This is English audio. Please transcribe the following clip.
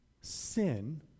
sin